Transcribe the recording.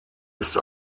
ist